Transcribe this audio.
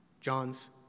John's